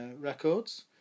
records